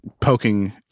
poking